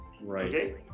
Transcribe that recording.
Right